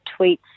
tweets